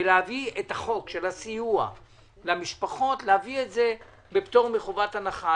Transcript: ולהביא את החוק של הסיוע למשפחות בפטור מחובת הנחה.